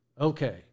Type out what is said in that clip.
Okay